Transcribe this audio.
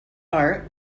are